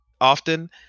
often